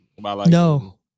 no